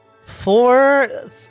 Four